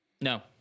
No